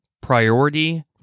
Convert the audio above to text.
Priority